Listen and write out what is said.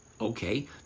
Okay